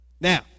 Now